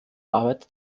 arbeit